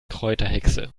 kräuterhexe